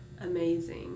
amazing